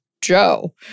Joe